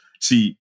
See